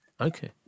Okay